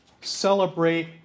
celebrate